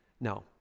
no